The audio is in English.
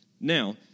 Now